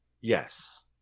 Yes